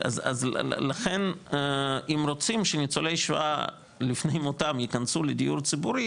לכן אם רוצים שניצולי שואה לפני מותם ייכנסו לדיור ציבורי